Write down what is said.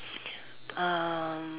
um